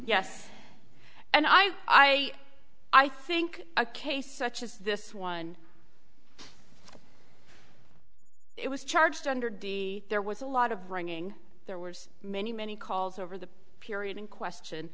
yes and i i i think a case such as this one it was charged under d there was a lot of ringing there were many many calls over the period in question